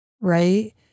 right